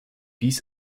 dies